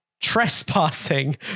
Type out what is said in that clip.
trespassing